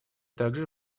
также